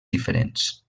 diferents